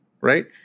right